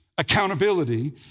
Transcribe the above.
accountability